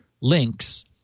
links